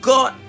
God